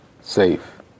safe